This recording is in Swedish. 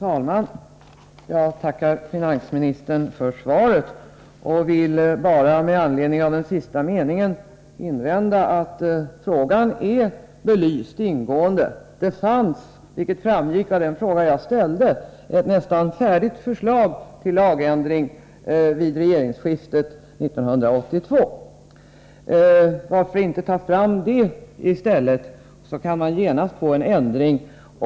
Herr talman! Jag tackar finansministern för svaret. Med anledning av den sista meningen i svaret vill jag invända att frågan är ingående belyst. Det fanns, vilket framgick av den fråga jag ställde, ett nästan färdigt förslag till lagändring vid regeringsskiftet 1982. Varför inte ta fram det i stället, så kan man genast få en ändring?